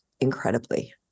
incredibly